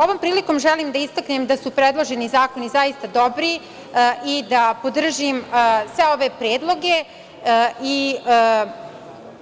Ovom prilikom želim da istaknem da su predloženi zakoni zaista dobri i da podržim sve ove predloge i